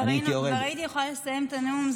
כבר הייתי יכולה לסיים את הנאום,